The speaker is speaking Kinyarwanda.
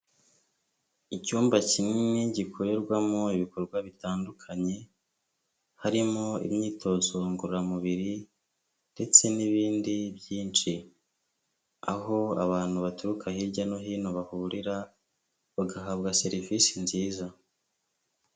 Icyumba kinini gikorerwamo ibikorwa bitandukanye, harimo imyitozo ngororamubiri ndetse n'ibindi byinshi, aho abantu baturuka hirya no hino bahurira, bagahabwa serivisi nziza.